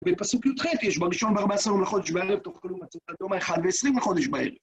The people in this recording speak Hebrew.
בפסוק יח יש בראשון ב 14 יום לחודש בערב, תאכלו מצות עד יום ה-21 בחודש בערב.